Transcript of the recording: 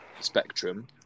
spectrum